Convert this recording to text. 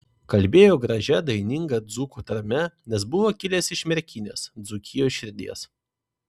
kalbėjo gražia daininga dzūkų tarme nes buvo kilęs iš merkinės dzūkijos širdies